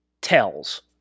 tells